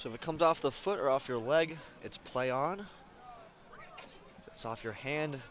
so if it comes off the foot or off your leg it's play on soft your hand